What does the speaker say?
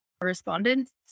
respondents